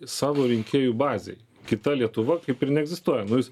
savo rinkėjų bazei kita lietuva kaip ir neegzistuoja nu jūs